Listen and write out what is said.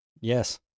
Yes